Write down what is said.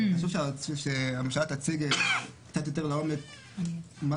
חשוב שהממשלה תציג קצת יותר לעומק מה